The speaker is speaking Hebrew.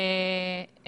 הם